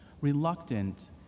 reluctant